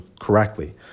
correctly